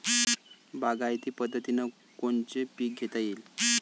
बागायती पद्धतीनं कोनचे पीक घेता येईन?